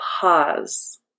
pause